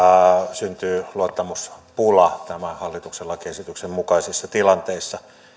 syntyy luottamuspula tämän hallituksen lakiesityksen mukaisissa tilanteissa